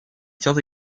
tient